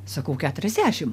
sakau keturiasdešim